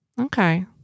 Okay